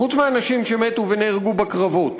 חוץ מאנשים שמתו ונהרגו בקרבות.